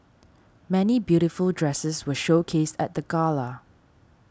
many beautiful dresses were showcased at the gala